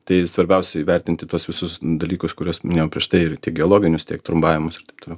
tai svarbiausia įvertinti tuos visus dalykus kuriuos minėjau prieš tai tiek geologinius tiek trombavimus ir taip toliau